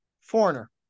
Foreigner